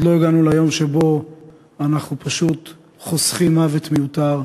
עוד לא הגענו ליום שבו אנחנו פשוט חוסכים מוות מיותר.